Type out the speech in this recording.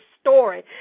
story